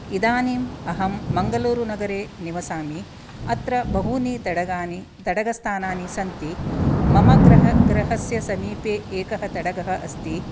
इदानीम् अहं मङ्गलूरुनगरे निवसामि अत्र बहूनि तडागानि तडागस्थानानि सन्ति मम गृह गृहस्य समीपे एकः तडागः अस्ति